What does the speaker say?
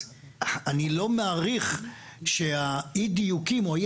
אז אני לא מעריך שאי הדיוקים או אי